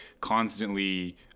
constantly